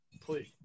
please